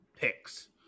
picks